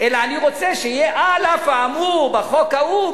אלא אני רוצה שיהיה: על אף האמור בחוק ההוא,